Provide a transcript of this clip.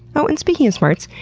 oh, and speaking of smarts,